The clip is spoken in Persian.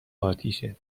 آتیشه